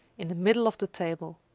in the middle of the table.